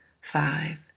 five